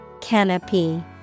Canopy